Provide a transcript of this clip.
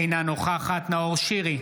אינה נוכחת נאור שירי,